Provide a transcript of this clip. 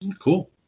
Cool